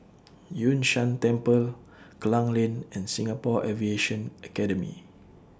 Yun Shan Temple Klang Lane and Singapore Aviation Academy